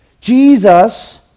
Jesus